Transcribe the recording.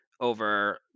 over